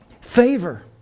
Favor